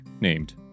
named